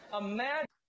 imagine